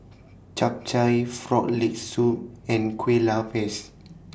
Chap Chai Frog Leg Soup and Kuih Lopes